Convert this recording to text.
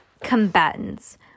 combatants